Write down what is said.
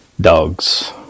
Dogs